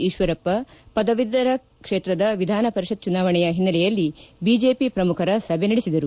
ಈಶ್ವರಪ್ಪ ಪದವೀಧರರ ಕ್ಷೇತ್ರದ ವಿಧಾನ ಪರಿಷತ್ ಚುನಾವಣೆಯ ಹಿನ್ನೆಲೆಯಲ್ಲಿ ಬಿಜೆಪಿ ಪ್ರಮುಖರ ಸಭೆ ನಡೆಸಿದರು